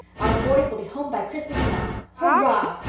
our boys will be home by christmas now. hurrah!